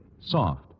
Soft